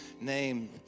name